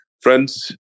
Friends